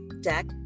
deck